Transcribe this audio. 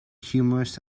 humorous